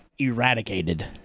eradicated